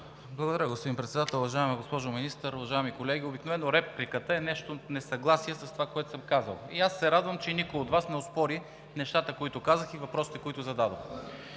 Благодаря, господин Председател. Уважаема госпожо Министър, уважаеми колеги! Обикновено репликата е несъгласие с това, което съм казал. Радвам се, че никой от Вас не оспори нещата, които казах, и въпросите, които зададох.